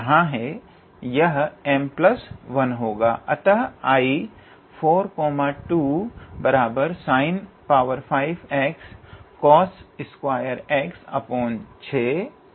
यहां है यह m1 होगा